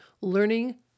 learning